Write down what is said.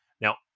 Now